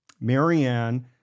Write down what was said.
Marianne